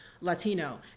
Latino